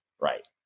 right